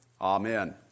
amen